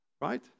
Right